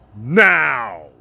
Now